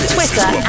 Twitter